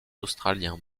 australiens